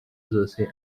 zose